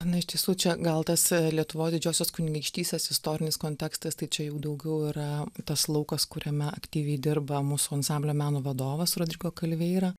na iš tiesų čia gal tas lietuvos didžiosios kunigaikštystės istorinis kontekstas tai čia jau daugiau yra tas laukas kuriame aktyviai dirba mūsų ansamblio meno vadovas rodrigo kalveira